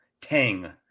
tang